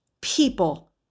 people